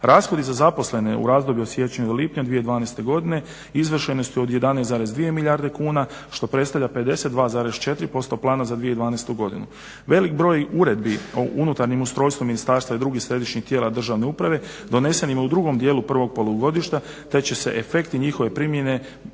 Rashodi za zaposlene u razdoblju od siječnja do lipnja 2012.godine izvršeni su od 11,2 milijarde kuna što predstavlja 52,4% plana za 2012.godinu. Velik broj uredbi o unutarnjem ustrojstvu ministarstva i drugih središnjih tijela državne uprave donesenim u drugom dijelu prvog polugodišta te će se efekti njihove primjene